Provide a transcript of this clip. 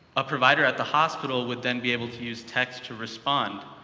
a provider at the hospital would then be able to use text to respond.